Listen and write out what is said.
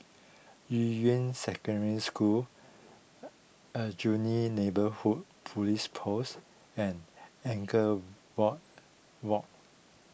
Yuying Secondary School Aljunied Neighbourhood Police Post and Anchorvale Walk Walk